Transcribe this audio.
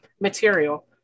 material